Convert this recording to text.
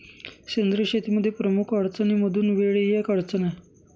सेंद्रिय शेतीमध्ये प्रमुख अडचणींमधून वेळ ही एक अडचण आहे